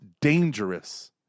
dangerous